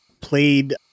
played